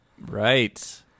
Right